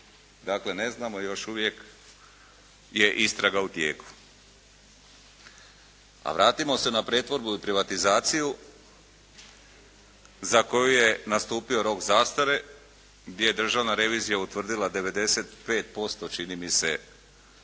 Dakle ne znamo, još uvijek je istraga u tijeku. A vratimo se na pretvorbu i privatizaciju za koju je nastupio rok zastare gdje je državna revizija utvrdila 95% čini mi se